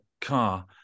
car